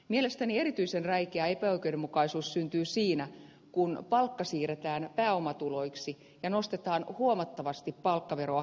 mielestäni erityisen räikeä epäoikeudenmukaisuus syntyy siinä kun palkka siirretään pääomatuloiksi ja nostetaan huomattavasti palkkaveroa kevyemmin verotettuna